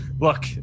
Look